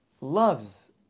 loves